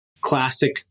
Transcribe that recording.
classic